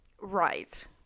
Right